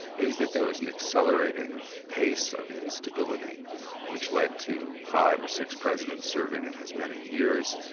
is that there was an accelerating pace of instability which led to five or six presidents serving in as many years,